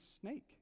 snake